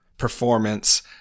performance